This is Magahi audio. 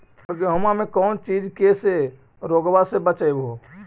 अबर गेहुमा मे कौन चीज के से रोग्बा के बचयभो?